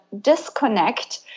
disconnect